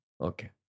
Okay